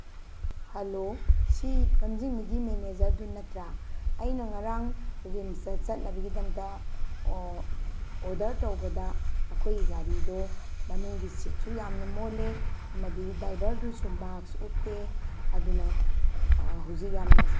hello ꯁꯤ ꯂꯝꯖꯤꯡꯕꯒꯤ ꯃꯦꯅꯦꯖꯔꯗꯣ ꯅꯠꯇ꯭ꯔꯥ ꯑꯩꯅ ꯉꯔꯥꯡ ꯔꯤꯝꯁꯇ ꯆꯠꯅꯕꯒꯤꯗꯃꯛꯇ ꯑꯣꯗꯔ ꯇꯧꯕꯗ ꯅꯈꯣꯏꯒꯤ ꯒꯥꯔꯤꯗꯣ ꯃꯅꯨꯡꯒꯤ ꯁꯤꯠꯁꯨ ꯌꯥꯝꯅ ꯃꯣꯠꯂꯤ ꯑꯃꯗꯤ ꯗ꯭ꯔꯥꯏꯚꯔꯗꯨꯁꯨ ꯃꯥꯛꯁ ꯎꯞꯇꯦ ꯑꯗꯨꯅ ꯍꯧꯖꯤꯛ ꯌꯥꯝꯅ